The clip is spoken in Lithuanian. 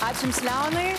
ačiū jums leonai